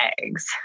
eggs